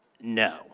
no